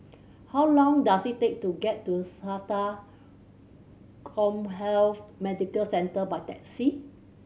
how long does it take to get to SATA CommHealth Medical Centre by taxi